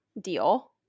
deal